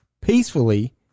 Peacefully